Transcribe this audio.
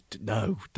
no